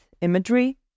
imagery